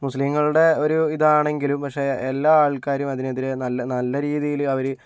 മുസ്ലീങ്ങളുടെ ഒരു ഇതാണെങ്കിലും പക്ഷേ എല്ലാ ആൾക്കാരും അതിനെതിരെ നല്ല നല്ല രീതിയില് അവര്